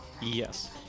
Yes